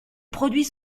produits